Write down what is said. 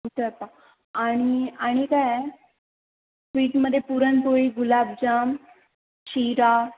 उसळ पाव आणि आणि काय स्वीटमध्ये पुरणपोळी गुलाबजाम शिरा